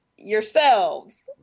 yourselves